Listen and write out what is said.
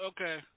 Okay